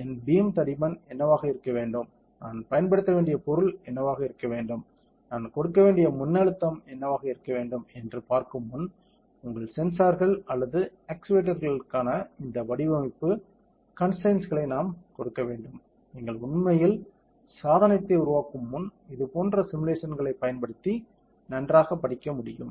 என் beam தடிமன் என்னவாக இருக்க வேண்டும் நான் பயன்படுத்த வேண்டிய பொருள் என்னவாக இருக்க வேண்டும் நான் கொடுக்க வேண்டிய மின்னழுத்தம் என்னவாக இருக்க வேண்டும் என்று பார்க்கும் முன் உங்கள் சென்சார்கள் அல்லது ஆக்சுவேட்டர்களுக்கான இந்த வடிவமைப்பு கன்ஸ்டரைன்ஸ்களை நான் கொடுக்க வேண்டும் நீங்கள் உண்மையில் சாதனத்தை உருவாக்கும் முன் இதுபோன்ற சிமுலேஷன்ஸ்களைப் பயன்படுத்தி நன்றாகப் படிக்க முடியும்